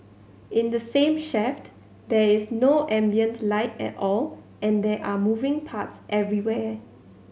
in the same shaft there is no ambient light at all and there are moving parts everywhere